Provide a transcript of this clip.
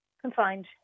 confined